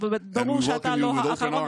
וברור שאתה לא האחרון,